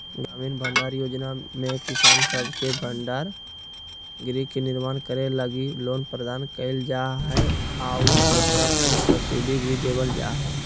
ग्रामीण भंडारण योजना में किसान सब के भंडार गृह के निर्माण करे लगी लोन प्रदान कईल जा हइ आऊ ओकरा पे सब्सिडी भी देवल जा हइ